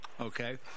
Okay